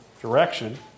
direction